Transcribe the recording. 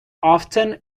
often